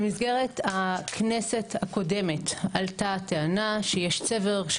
במסגרת הכנסת הקודמת עלתה הטענה שיש צבר של